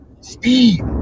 Steve